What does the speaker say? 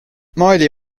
maali